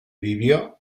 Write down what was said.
vivió